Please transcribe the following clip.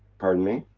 pardon me?